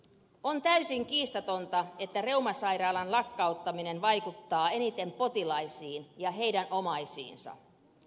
on täysin kiistatonta että reumasairaalan lakkauttaminen vaikuttaa eniten potilaisiin ja heidän omaisiinsa